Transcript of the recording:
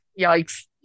yikes